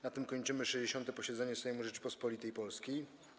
Na tym kończymy 60. posiedzenie Sejmu Rzeczypospolitej Polskiej.